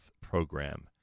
program